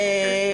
כן.